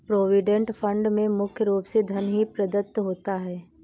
provident fund में मुख्य रूप से धन ही प्रदत्त होता है